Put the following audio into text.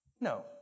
No